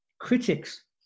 critics